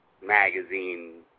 magazine